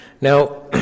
Now